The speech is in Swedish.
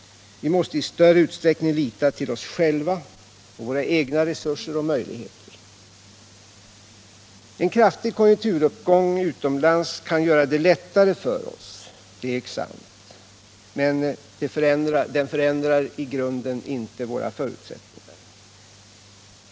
Vi måste i större utsträckning lita till oss själva och våra egna resurser och möjligheter. En kraftig konjunkturuppgång utomlands kan göra det lättare för oss men förändrar inte i grunden våra förutsättningar.